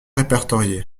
répertorié